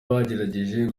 bagerageje